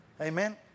Amen